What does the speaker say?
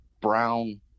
brown